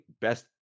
best